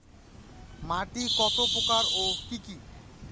মাটি কত প্রকার ও কি কি?